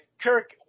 Kirk